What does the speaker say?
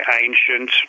ancient